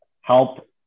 help